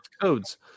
codes